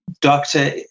doctor